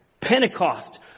Pentecost